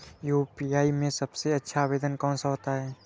UPI में सबसे अच्छा आवेदन कौन सा होता है?